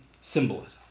symbolism